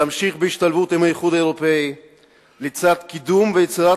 תמשיך בהשתלבות עם האיחוד האירופי לצד קידום ויצירת